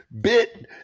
bit